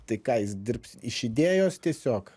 tai ką jis dirbs iš idėjos tiesiog